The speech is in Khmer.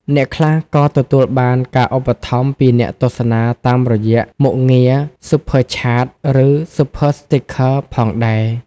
អ្នកខ្លះក៏ទទួលបានការឧបត្ថម្ភពីអ្នកទស្សនាតាមរយៈមុខងារ Super Chat ឬ Super Stickers ផងដែរ។